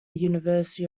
university